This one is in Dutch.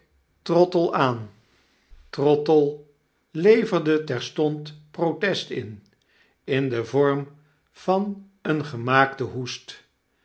trottle aan trottle leverde terstond protest in in den vorm van een gemaakten hoest